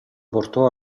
portò